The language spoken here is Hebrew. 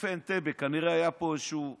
חטופי אנטבה, כנראה היה פה איזשהו דיון,